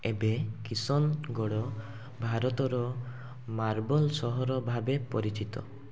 ଏବେ କିଶନଗଡ଼ ଭାରତର ମାର୍ବଲ୍ ସହର ଭାବେ ପରିଚିତ